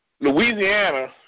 Louisiana